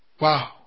Wow